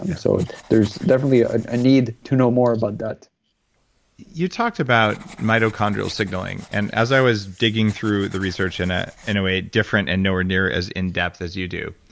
yeah so there's definitely ah a need to know more about that you talked about mitochondrial signaling, and as i was digging through the research in ah in a way different and nowhere near as in-depth as you do,